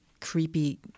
creepy